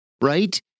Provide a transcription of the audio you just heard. right